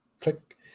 click